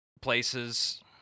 places